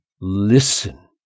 listen